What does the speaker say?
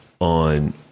on